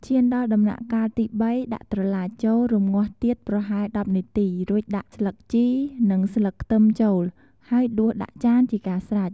ឈានមកដល់ដំំណាក់កាលទី៣ដាក់ត្រឡាចចូល រម្ងាស់ទៀតប្រហែល ១០នាទី រួចដាក់ដាក់ស្លឹកជី និងស្លឹកខ្ទឹមចូល ហើយដួសដាក់ចានជាការស្រេច។